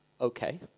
Okay